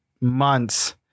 months